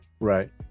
Right